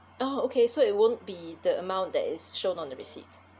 oh okay so it won't be the amount that is shown on the receipt